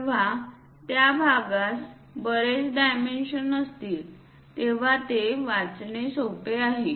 जेव्हा त्या भागास बरेच डायमेन्शन्स असतील तेव्हा ते वाचणे सोपे आहे